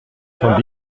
cent